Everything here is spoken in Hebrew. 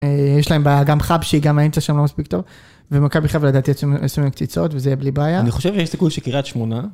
יש להם בעיה, גם חבשי, גם האמצע שם לא מספיק טוב. ומכבי חיפה לדעתי יעשו ממנו קציצות וזה יהיה בלי בעיה. אני חושב שיש סיכוי שקריית שמונה.